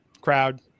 Crowd